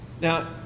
Now